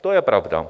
To je pravda.